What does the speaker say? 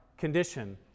condition